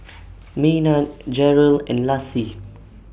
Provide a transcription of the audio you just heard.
Maynard Jerel and Lassie